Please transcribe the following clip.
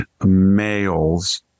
males